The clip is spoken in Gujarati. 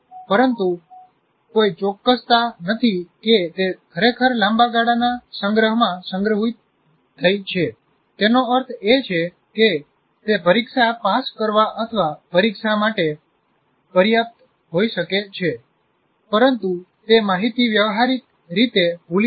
પરંતુ કોઈ ચોક્કસતા નથી કે તે ખરેખર લાંબા ગાળાના સંગ્રહમાં સંગ્રહિત થઈ છે તેનો અર્થ એ છે કે તે પરીક્ષા પાસ કરવા અથવા પરીક્ષામાં માટે પર્યાપ્ત હોઈ શકે છે પરંતુ તે માહિતી વ્યવહારીક રીતે ભૂલી જાય છે